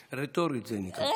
רטורית, זה נקרא.